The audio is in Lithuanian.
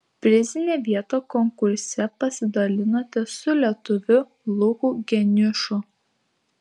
prizinę vietą konkurse pasidalinote su lietuviu luku geniušu